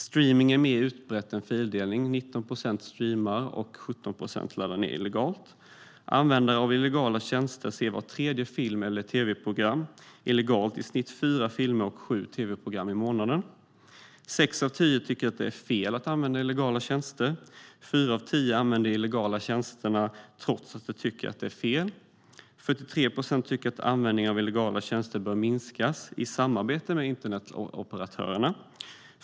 Streaming är mer utbrett än fildelning: 19 procent streamar och 17 procent laddar ned illegalt. Användarna av illegala tjänster ser var tredje film eller vart tredje tv-program illegalt - i snitt fyra filmer och sju tv-program i månaden. Sex av tio tycker att det är fel att använda illegala tjänster, och fyra av tio använder de illegala tjänsterna trots att de tycker att det är fel. 43 procent tycker att användningen av illegala tjänster bör minskas i samarbete med internetoperatörerna.